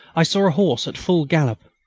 i saw a horse, at full gallop.